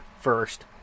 first